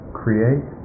create